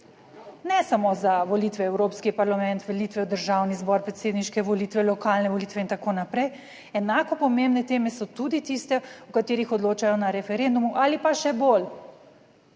Ne samo za volitve v Evropski parlament, volitve v Državni zbor, predsedniške volitve, lokalne volitve in tako naprej, enako pomembne teme so tudi tiste, o katerih odločajo na referendumu ali pa še bolj,